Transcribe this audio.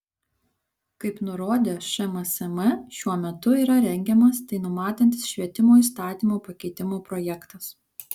kaip nurodė šmsm šiuo metu yra rengiamas tai numatantis švietimo įstatymo pakeitimo projektas